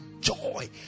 joy